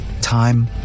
Time